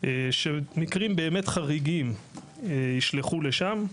שמקרים באמת חריגים יישלחו לשם,